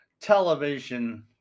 television